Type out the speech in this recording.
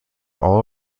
all